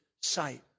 sight